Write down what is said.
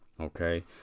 Okay